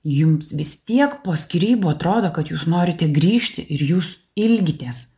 jums vis tiek po skyrybų atrodo kad jūs norite grįžti ir jūs ilgitės